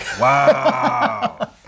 Wow